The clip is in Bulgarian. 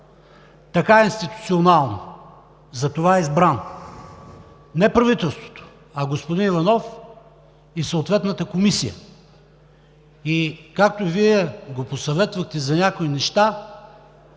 Така е институционално, за това е избран – не правителството, а господин Иванов и съответната комисия. Както и Вие го посъветвахте за някои неща,